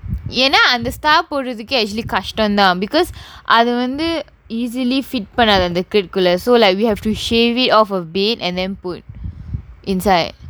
ஏன்னா அந்த:yaennaa antha staff போடுறதுக்கே:podurathukkae actually கஷ்டம் தான்:kashtam thaan because அது வந்து:athu vanthu easily fit பண்ணாது அந்த:pannaathu antha kirk உள்ள:ulla so you have to shave it off of it and then put inside